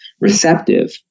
receptive